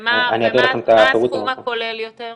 ומה הסכום הכולל יותר?